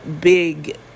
big